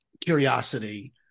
curiosity